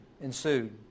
ensued